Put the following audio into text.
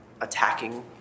attacking